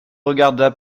regarda